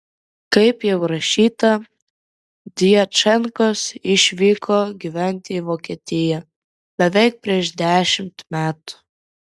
kaip jau rašyta djačenkos išvyko gyventi į vokietiją beveik prieš dešimt metų